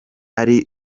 ari